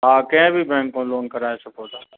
हा कंहिं बी बैंक मां लोन कराए सघो था